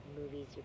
movies